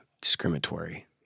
Discriminatory